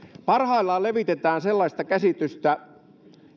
parhaillaan levitetään sellaista käsitystä